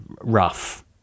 rough